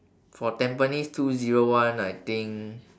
for tampines two zero one I think